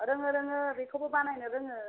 रोङो रोङो बेखौबो बानायनो रोङो